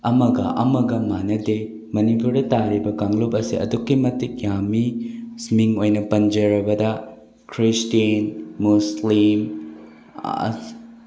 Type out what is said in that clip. ꯑꯃꯒ ꯑꯃꯒ ꯃꯥꯟꯅꯗꯦ ꯃꯅꯤꯄꯨꯔꯗ ꯇꯥꯔꯤꯕ ꯀꯥꯡꯂꯨꯞ ꯑꯁꯤ ꯑꯗꯨꯛꯀꯤ ꯃꯇꯤꯛ ꯌꯥꯝꯃꯤ ꯃꯤꯡ ꯑꯣꯏꯅ ꯄꯟꯖꯔꯕꯗ ꯈ꯭ꯔꯤꯁꯇꯦꯟ ꯃꯨꯁꯂꯤꯝ